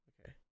Okay